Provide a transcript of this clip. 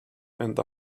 and